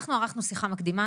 אנחנו ערכנו שיחה מקדימה,